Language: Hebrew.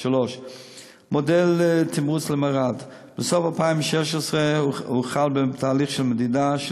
3. מודל תמרוץ למלר"ד: בסוף 2016 הוחל בתהליך של מדידה של